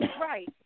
right